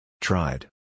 Tried